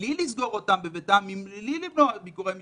מבלי לסגור אותם בביתם, מבלי למנוע ביקורי משפחה.